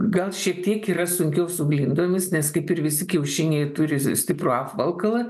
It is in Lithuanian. gal šiek tiek yra sunkiau su glindomis nes kaip ir visi kiaušiniai turi stiprų apvalkalą